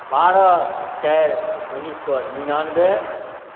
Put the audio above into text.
बारह चारि उनैस सओ निनानबे